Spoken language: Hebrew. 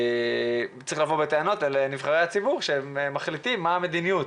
צריך לבוא בטענות לנבחרי הציבור שמחליטים על המדיניות